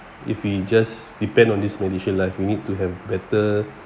if he just depend on these medishield life we need to have better